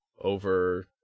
over